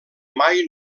mai